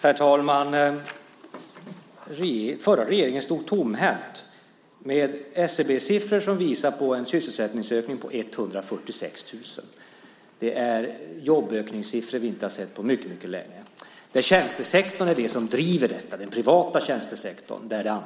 Herr talman! Den förra regeringen stod tomhänt, sade finansministern. SCB:s siffror visar en sysselsättningsökning på 146 000. Det är jobbökningssiffror som vi inte har sett på mycket länge. Den privata tjänstesektorn, där det anställs, driver detta. Det är där